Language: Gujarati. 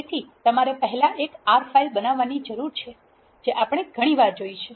તેથી તમારે પહેલા એક R ફાઇલ બનાવવાની જરૂર છે જે આપણે ઘણી વાર જોઇ છે